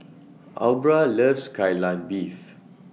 Aubra loves Kai Lan Beef